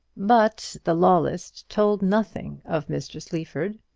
but the law list told nothing of mr. sleaford.